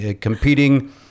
competing